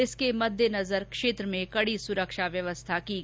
इसके मद्देनजर क्षेत्र में कडी सुरक्षा व्यवस्था की गई है